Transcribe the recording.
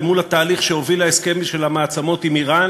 אל מול התהליך שהוביל להסכם של המעצמות עם איראן